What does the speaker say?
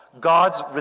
God's